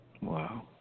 Wow